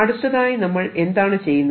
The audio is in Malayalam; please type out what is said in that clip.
അടുത്തതായി നമ്മൾ എന്താണ് ചെയ്യുന്നത്